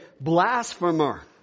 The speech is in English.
blasphemer